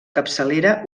capçalera